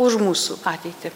už mūsų ateitį